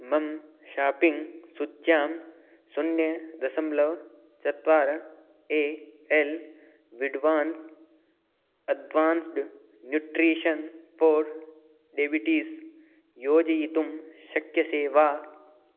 मम शाप्पिङ्ग् सूच्यां शून्यं दसम्ल चत्वार ए एल् विड्वान्स् अद्वान्स्ड् न्यूट्रीशन् फ़ार् डेबिटीस् योजयितुं शक्यसे वा